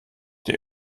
der